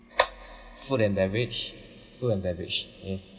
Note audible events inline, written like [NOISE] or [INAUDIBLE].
[NOISE] food and beverage food and beverage yes